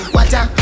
Water